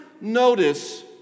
notice